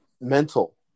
mental